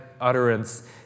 utterance